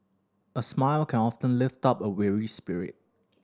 a smile can often lift up a weary spirit